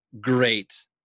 great